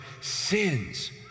sins